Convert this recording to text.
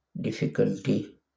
difficulty